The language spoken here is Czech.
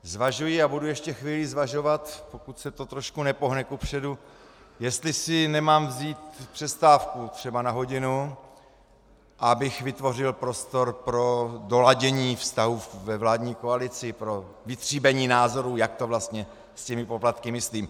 Zvažuji a budu ještě chvíli zvažovat, pokud se to trošku nepohne kupředu, jestli si nemám vzít přestávku třeba na hodinu, abych vytvořil prostor pro doladění vztahů ve vládní koalici, pro vytříbení názorů, jak to vlastně s poplatky myslí.